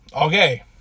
okay